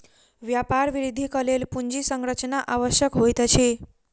व्यापार वृद्धिक लेल पूंजी संरचना आवश्यक होइत अछि